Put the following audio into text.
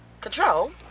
control